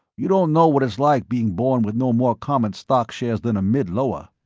you don't know what it's like being born with no more common stock shares than a mid-lower.